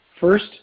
First